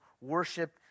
worship